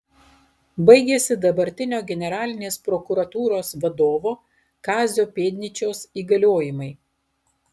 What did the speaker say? baigiasi dabartinio generalinės prokuratūros vadovo kazio pėdnyčios įgaliojimai